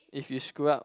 if you screw up